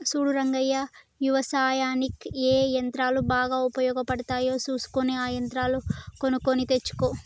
సూడు రంగయ్య యవసాయనిక్ ఏ యంత్రాలు బాగా ఉపయోగపడుతాయో సూసుకొని ఆ యంత్రాలు కొనుక్కొని తెచ్చుకో